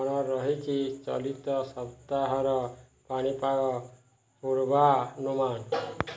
କ'ଣ ରହିଛି ଚଳିତ ସପ୍ତାହର ପାଣିପାଗ ପୂର୍ବାନୁମାନ